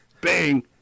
bang